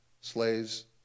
slaves